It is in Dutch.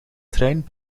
trein